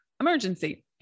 emergency